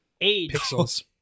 Pixels